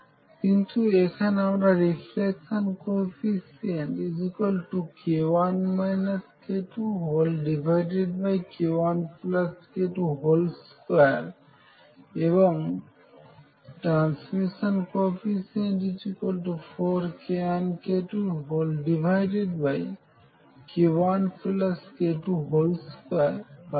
কিন্ত এখানে আমরা reflection coefficient k1 k2 k1k22 এবং ট্রান্সমিশন কোইফিশিয়েন্ট 4k1k2 k1k22 পাচ্ছি